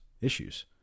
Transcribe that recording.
issues